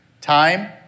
Time